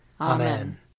Amen